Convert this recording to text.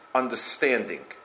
understanding